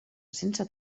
sense